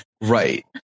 Right